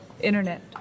internet